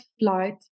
flight